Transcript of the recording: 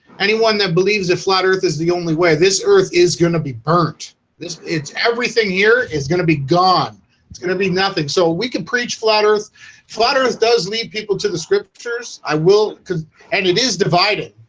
anyone that believes that flat earth is the only way this earth is gonna be burnt this it's everything here is going to be gone it's gonna be nothing so we can preach flat earth clutters does lead people to the scriptures? i will because and it is dividing,